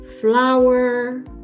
Flower